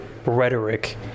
rhetoric